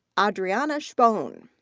andreana spohn.